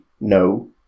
no